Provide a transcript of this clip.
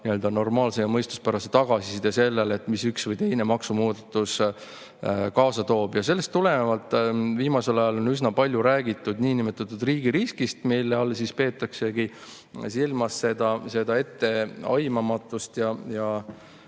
normaalse ja mõistuspärase tagasiside sellele, mida üks või teine maksumuudatus kaasa toob. Sellest tulenevalt on viimasel ajal üsna palju räägitud niinimetatud riigiriskist, mille all peetaksegi silmas seda etteaimamatust ja